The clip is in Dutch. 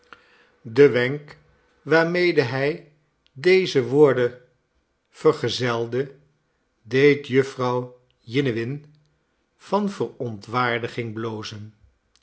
de wenk waarmede hij deze woorden vergezelde deed jufvrouw jiniwin van verontwaardiging blozen